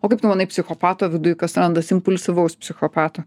o kaip tu manai psichopato viduj kas randasi impulsyvaus psichopato